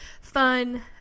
fun